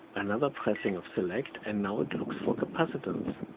another pressing of select and now it looks for capacitance.